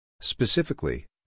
Specifically